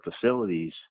facilities